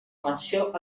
mansió